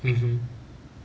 mmhmm